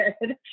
good